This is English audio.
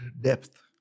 depth